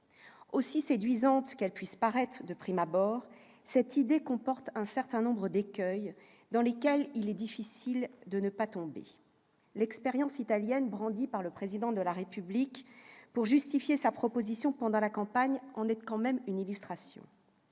Aussi séduisante qu'elle puisse paraître de prime abord, cette idée comporte un certain nombre d'écueils dans lesquels il sera difficile de ne pas tomber ; l'expérience italienne, brandie par le Président de la République pour justifier sa proposition pendant la campagne, en constitue justement une illustration.